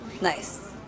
Nice